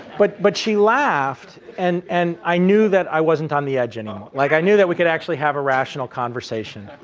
but but she laughed and and i knew that i wasn't on the edge anymore. you know like i knew that we could actually have a rational conversation.